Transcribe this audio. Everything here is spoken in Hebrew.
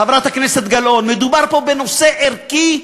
חברת הכנסת גלאון, מדובר פה בנושא ערכי,